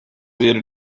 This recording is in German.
wäre